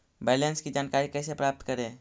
Balance की जानकारी कैसे प्राप्त करे?